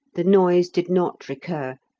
the noise did not recur,